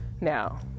Now